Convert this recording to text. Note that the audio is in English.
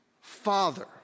father